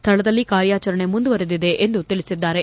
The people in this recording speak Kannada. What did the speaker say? ಸ್ವಳದಲ್ಲಿ ಕಾರ್ಯಾಚರಣೆ ಮುಂದುವರೆದಿದೆ ಎಂದು ತಿಳಿಸಿದ್ದಾರೆ